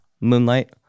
Moonlight